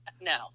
No